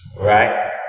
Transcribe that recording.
right